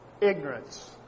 ignorance